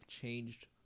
changed